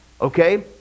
Okay